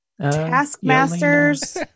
Taskmaster's